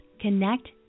connect